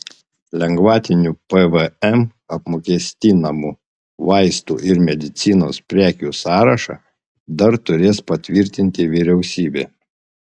lengvatiniu pvm apmokestinamų vaistų ir medicinos prekių sąrašą dar turės patvirtinti vyriausybė